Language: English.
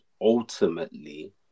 ultimately